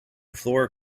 floor